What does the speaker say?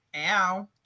Ow